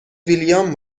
ویلیام